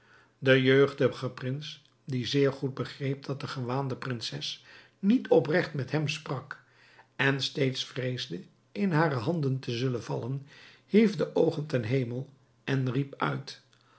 de jeugdige prins die zeer goed begreep dat de gewaande prinses niet opregt met hem sprak en steeds vreesde in hare handen te zullen vallen hief de oogen ten hemel en riep uit